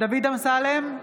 דוד אמסלם,